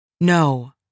No